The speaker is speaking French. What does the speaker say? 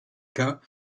cas